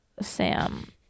Sam